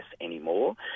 anymore